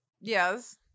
yes